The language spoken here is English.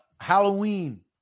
halloween